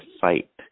fight